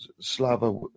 Slava